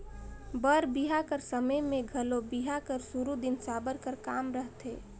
बर बिहा कर समे मे घलो बिहा कर सुरू दिन साबर कर काम रहथे